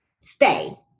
stay